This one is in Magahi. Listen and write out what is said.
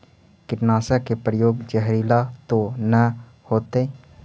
कीटनाशक के प्रयोग, जहरीला तो न होतैय?